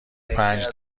پنج